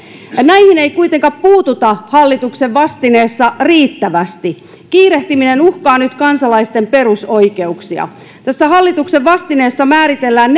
näihin ei kuitenkaan puututa hallituksen vastineessa riittävästi kiirehtiminen uhkaa nyt kansalaisten perusoikeuksia tässä hallituksen vastineessa määritellään